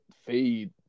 fade